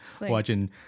watching